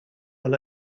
run